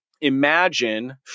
Imagine